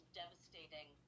devastating